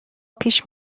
پیش